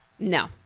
No